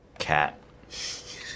Cat